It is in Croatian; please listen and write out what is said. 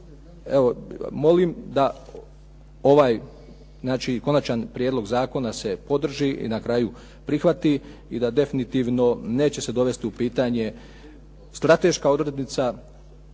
toga molim da ovaj znači konačan prijedlog zakona se podrži i na kraju prihvati, i da definitivno neće se dovesti u pitanje strateška odrednica